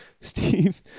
Steve